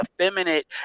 effeminate